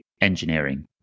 engineering